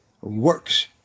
works